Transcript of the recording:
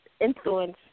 influence